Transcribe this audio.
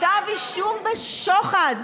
כתב אישום בשוחד,